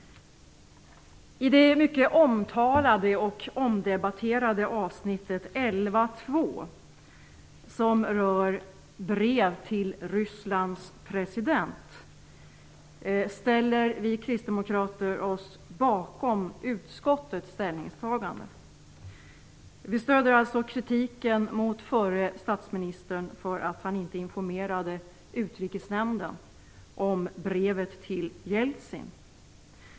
I det mycket omtalade och omdebatterade avsnittet 11.2, som rör ett brev till Rysslands president, ställer vi kristdemokrater oss bakom utskottets ställningstagande. Vi stöder alltså kritiken mot förre statsministern för att han inte informerade Utrikesnämnden om brevet till Jeltsin.